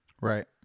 Right